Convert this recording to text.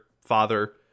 father